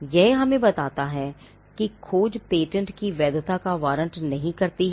यह हमें बताता है कि खोज पेटेंट की वैधता का वारंट नहीं करती है